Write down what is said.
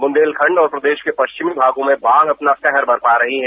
बुंदेलखंड और प्रदेश के पश्चिमी भागों में बाढ़ अपना कहर बरपा रही है